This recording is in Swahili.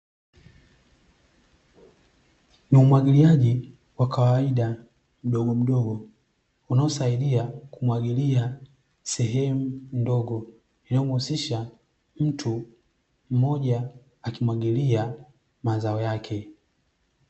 Ni umwagiliaji wa kawaida mdogomdogo unaosaidia kumwagilia sehemu ndogo, inayomhusisha mtu mmoja akimwagilia mazao yake.